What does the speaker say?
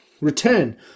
return